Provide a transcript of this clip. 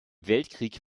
weltkrieg